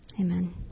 Amen